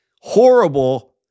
horrible